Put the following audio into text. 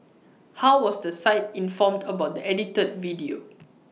how was the site informed about the edited video